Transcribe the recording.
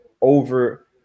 over